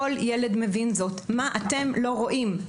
כל ילד מבין זאת, מה אתם לא רואים?